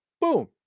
Boom